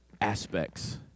aspects